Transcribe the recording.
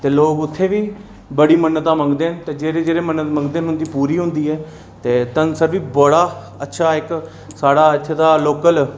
ते लोक उत्थै बी बड़ी मन्नतां मंगदे न जेह्ड़े मन्नत मंगदे न उं'दी पूरी होंदी ऐ ते धनसर बी बड़ा अच्छा इक साढ़ा इत्थै दा लोकल